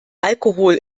alkohol